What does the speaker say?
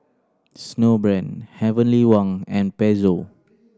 Snowbrand Heavenly Wang and Pezzo